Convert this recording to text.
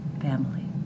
family